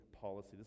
policy